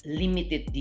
limited